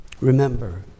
Remember